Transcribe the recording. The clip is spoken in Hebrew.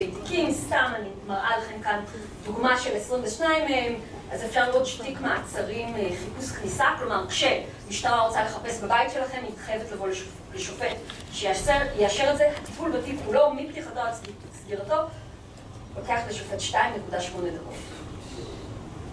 אם תיקים סתם, אני מראה לכם כאן דוגמה של 22 מהם, אז אפשר לראות שתיק מעצרים חיפוש כניסה. כלומר, כשמשטרה רוצה לחפש בבית שלכם, היא חייבת לבוא לשופט שיאשר את זה. הטיפול בתיק הוא לא, מפתיחתו עד סגירתו, לוקח לשופט 2.8 דקות.